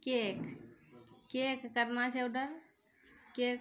cake cake करना छै order cake